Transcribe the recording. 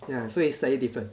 yeah so it's slightly different